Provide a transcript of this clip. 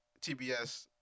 TBS